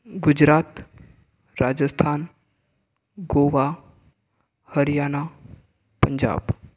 Gujarat Rajasthan Goa Haryana Punjab